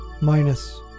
minus